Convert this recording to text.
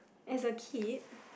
as a kid